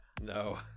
No